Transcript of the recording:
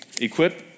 Equip